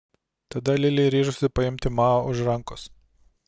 tada lili ryžosi paimti mao už rankos